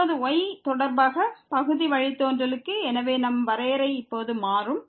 இப்போது y தொடர்பாக பகுதி வழித்தோன்றலுக்கு எனவே நம் வரையறை இப்போது மாறும்